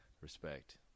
Respect